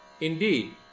Indeed